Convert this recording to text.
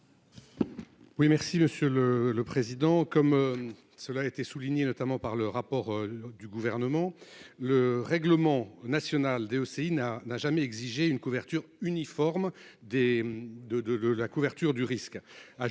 Oui, merci Monsieur le le président comme cela a été souligné notamment par le rapport du gouvernement le règlement national OCI n'a, n'a jamais exigé une couverture uniforme des de de de la couverture du risque,